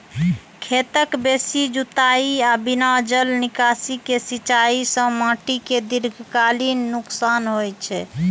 खेतक बेसी जुताइ आ बिना जल निकासी के सिंचाइ सं माटि कें दीर्घकालीन नुकसान होइ छै